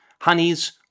Honey's